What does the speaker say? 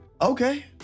Okay